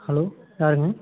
hello யாருங்க